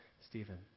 Stephen